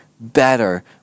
better